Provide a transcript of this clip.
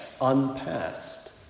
unpassed